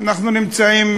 רק תעמוד בזמן.